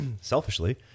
selfishly